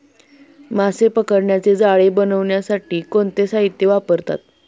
मासे पकडण्याचे जाळे बनवण्यासाठी कोणते साहीत्य वापरतात?